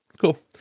cool